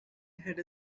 had